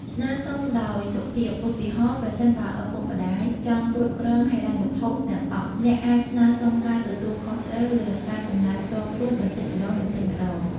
ស្នើសុំដោយសុភាព ឧទាហរណ៍ ប្រសិនបើឪពុកម្ដាយចង់គ្រប់គ្រងហិរញ្ញវត្ថុទាំងអស់ អ្នកអាច ស្នើរសុំការទទួលខុសត្រូវលើការចំណាយផ្ទាល់ខ្លួនបន្តិចម្តងៗ។